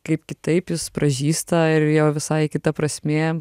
kaip kitaip jis pražysta ir jo visai kita prasmė